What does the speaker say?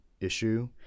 issue